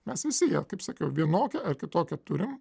mes visi ją kaip sakiau vienokią ar kitokią turim